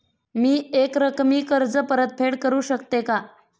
मी एकरकमी कर्ज परतफेड करू शकते का?